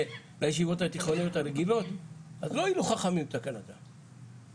לישיבות התיכוניות הרגילות אז מה הועילו חכמים בתקנתם?